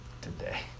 today